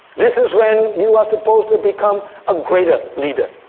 this is when you are supposed to become a greater leader,